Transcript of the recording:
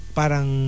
parang